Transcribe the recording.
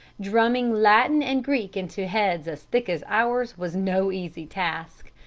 drumming latin and greek into heads as thick as ours was no easy task.